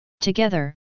Together